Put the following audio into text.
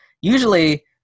Usually